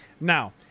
now